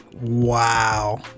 Wow